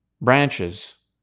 branches